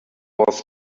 was